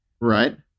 Right